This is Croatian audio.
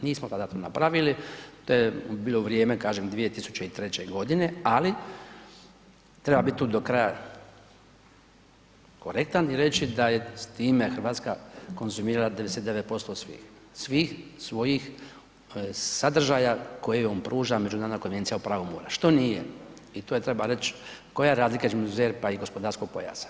Nismo tada to napravili, to je bilo u vrijeme kažem, 2003. g. ali treba bit tu do kraja korektan i reći da je s time Hrvatska konzumirala 99% svih svojih sadržaja koje joj pruža međunarodna Konvencija o pravu mora što nije i to treba reć koja je razlika između ZERP-a i gospodarskog pojasa.